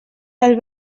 del